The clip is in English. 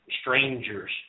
Strangers